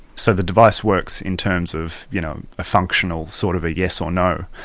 so the device works in terms of you know a functional sort of a yes or no.